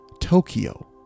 Tokyo